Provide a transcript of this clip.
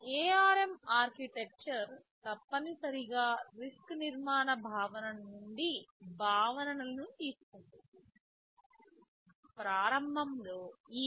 ARM architecture తప్పనిసరిగా RISC నిర్మాణ భావన నుండి భావనలను తీసుకుంటుంది